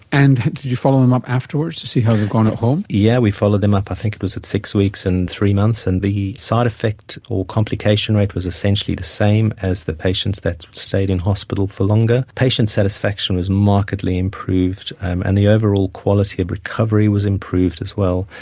and did you follow them up afterwards to see how they were going at home? yes, yeah we followed them up, i think it was at six weeks and three months, and the side-effect or complication rate was essentially the same as the patients that stayed in hospital for longer. patient satisfaction was markedly improved, um and the overall quality of recovery was improved as well.